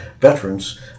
veterans